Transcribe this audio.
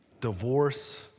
divorce